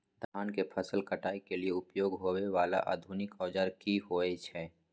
धान के फसल काटय के लिए उपयोग होय वाला आधुनिक औजार की होय छै?